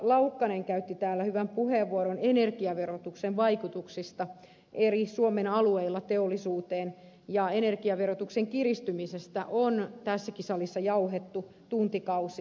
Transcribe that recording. laukkanen käytti täällä hyvän puheenvuoron energiaverotuksen vaikutuksista teollisuuteen eri suomen alueilla ja energiaverotuksen kiristymisestä on tässäkin salissa jauhettu tuntikausia